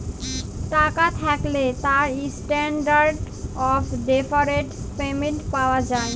টাকা থ্যাকলে তার ইসট্যানডারড অফ ডেফারড পেমেন্ট পাওয়া যায়